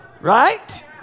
Right